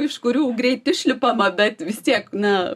iš kurių greit išlipama bet vis tiek na